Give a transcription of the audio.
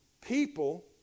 people